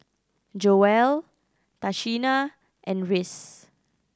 Joell Tashina and Rhys